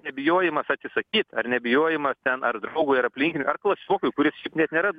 nebijojimas atsisakyt ar nebijojimas ten ar draugui ar aplinkiniui ar klasiokui kuris šiaip net nėra